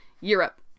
Europe